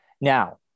Now